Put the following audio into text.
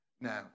Now